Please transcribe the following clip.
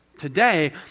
Today